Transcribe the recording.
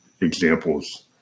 examples